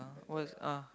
what's uh